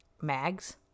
Mags